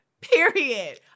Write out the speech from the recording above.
Period